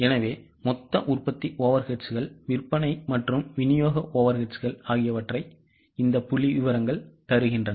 எனவே மொத்த உற்பத்தி overheadsகள் விற்பனை மற்றும் விநியோக overheadsகள் ஆகியவற்றை இந்த புள்ளிவிவரங்கள் தருகின்றன